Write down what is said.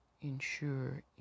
ensure